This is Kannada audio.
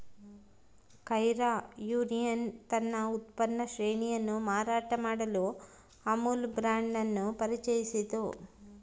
ಕೈರಾ ಯೂನಿಯನ್ ತನ್ನ ಉತ್ಪನ್ನ ಶ್ರೇಣಿಯನ್ನು ಮಾರಾಟ ಮಾಡಲು ಅಮುಲ್ ಬ್ರಾಂಡ್ ಅನ್ನು ಪರಿಚಯಿಸಿತು